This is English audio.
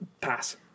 Pass